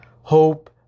Hope